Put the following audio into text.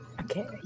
Okay